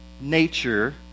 nature